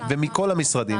ומכל המשרדים.